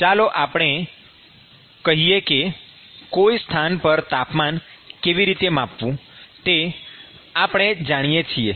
ચાલો આપણે કહીએ કે કોઈ સ્થાન પર તાપમાન કેવી રીતે માપવું તે આપણે જાણીએ છીએ